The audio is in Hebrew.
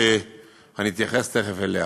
שתכף אתייחס אליה.